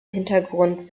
hintergrund